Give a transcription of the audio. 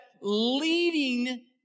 leading